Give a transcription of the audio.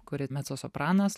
kuri mecosopranas